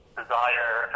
desire